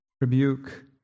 rebuke